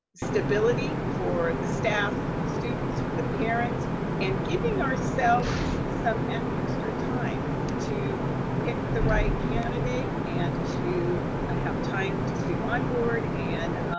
stability for the staff, for the students, for the parents and giving ourselves some extra time to pick the right candidate and to ah have time to onboard and